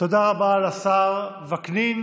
תודה רבה לשר וקנין.